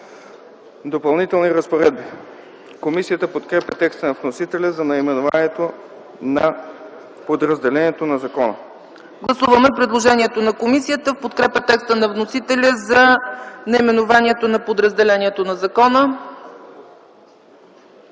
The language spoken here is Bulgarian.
„Допълнителни разпоредби”. Комисията подкрепя текста на вносителя за наименованието на подразделението на закона. ПРЕДСЕДАТЕЛ ЦЕЦКА ЦАЧЕВА: Гласуваме предложението на комисията в подкрепа текста на вносителя за наименованието на подразделението на закона.